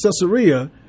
Caesarea